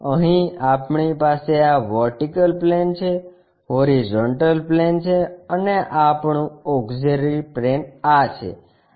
અહીં આપણી પાસે આ વર્ટિકલ પ્લેન છે હોરીઝોન્ટલ પ્લેન છે અને આપણું ઓક્ષીલરી પ્લેન આ છે